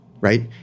right